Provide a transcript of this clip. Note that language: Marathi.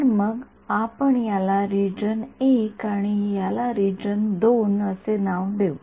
तर मग आपण याला रिजन I आणि याला रिजन II असे नाव देऊ